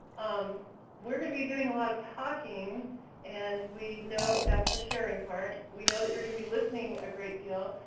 um we're gonna be doing a lot of talking and we know, that's the sharing part, we know that you're gonna be listening a great deal,